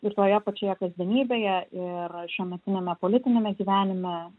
ir toje pačioje kasdienybėje ir šiuometiniame politiniame gyvenime